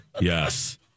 Yes